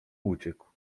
uciekł